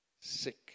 sick